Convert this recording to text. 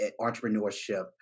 entrepreneurship